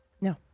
No